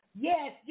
Yes